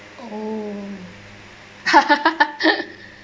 oh